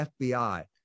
FBI